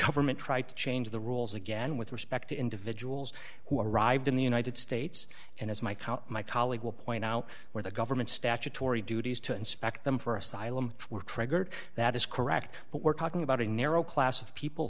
government tried to change the rules again with respect to individuals who arrived in the united states and as my count my colleague will point out where the government statutory duties to inspect them for asylum were triggered that is correct but we're talking about a narrow class of people